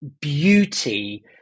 beauty